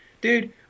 dude